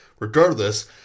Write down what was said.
Regardless